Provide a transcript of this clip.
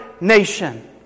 nation